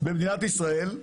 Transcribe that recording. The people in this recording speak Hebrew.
במדינת ישראל,